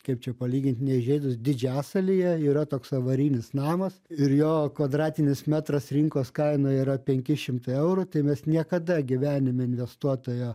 kaip čia palygint neįžeidus didžiasalyje yra toks avarinis namas ir jo kvadratinis metras rinkos kaina yra penki šimtai eurų tai mes niekada gyvenime investuotojo